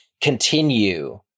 continue